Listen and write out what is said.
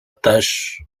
tâche